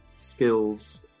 skills